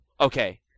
Okay